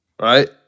Right